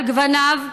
על גווניו,